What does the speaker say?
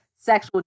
sexual